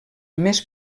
més